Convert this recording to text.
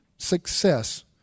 Success